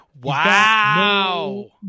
Wow